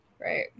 Right